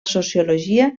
sociologia